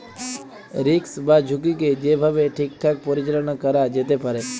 risk বা ঝুঁকিকে যে ভাবে ঠিকঠাক পরিচাললা ক্যরা যেতে পারে